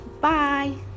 Bye